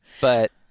But-